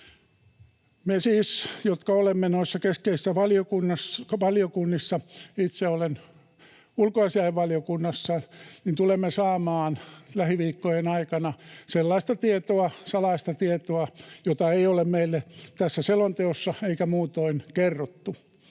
Me siis, jotka olemme noissa keskeisissä valiokunnissa — itse olen ulkoasiainvaliokunnassa — tulemme saamaan lähiviikkojen aikana sellaista tietoa, salaista tietoa, jota ei ole meille tässä selonteossa eikä muutoin kerrottu.